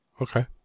Okay